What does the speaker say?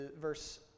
verse